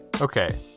Okay